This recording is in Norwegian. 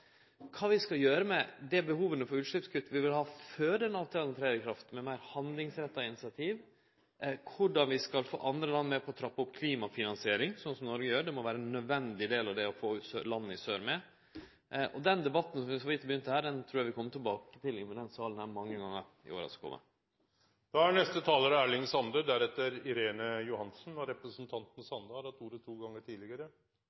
Kva skal vi gjere med dei behova for utsleppskutt vi vil ha før den avtalen trer i kraft, med meir handlingsretta initiativ? Korleis skal vi få andre land med på å trappe opp klimafinansiering, slik Noreg gjer? Ein nødvendig del av det må vere å få landa i sør med. Og den debatten som vi så vidt har begynt her, trur eg vi kjem tilbake til i denne salen mange gonger i åra som kjem. Representanten Erling Sande har hatt ordet to gonger tidlegare i debatten og